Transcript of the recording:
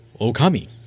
Okami